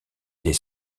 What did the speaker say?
des